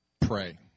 pray